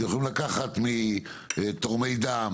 אתם יכולים לקחת מתורמי דם,